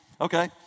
okay